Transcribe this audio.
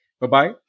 Bye-bye